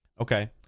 Okay